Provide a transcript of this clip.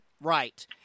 Right